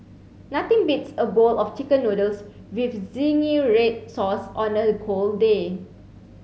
nothing beats a bowl of chicken noodles with zingy red sauce on a cold day